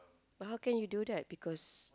but how can you do that because